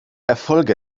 erfolge